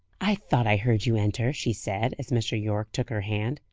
i thought i heard you enter, she said, as mr. yorke took her hand.